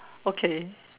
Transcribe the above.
okay